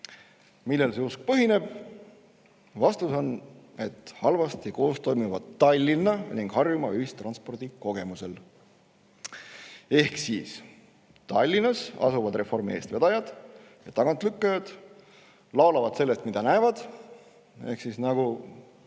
Millel see usk põhineb? Vastus on, et halvasti koos toimiva Tallinna ning Harjumaa ühistranspordi kogemusel. Ehk siis, Tallinnas asuvad reformi eestvedajad ja tagantlükkajad laulavad sellest, mida näevad, nagu